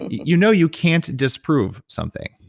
you know you can't disprove something.